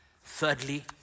Thirdly